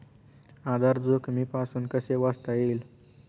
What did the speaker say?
आधार जोखमीपासून कसे वाचता येईल?